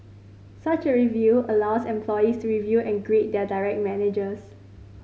such a review allows employees to review and grade their direct managers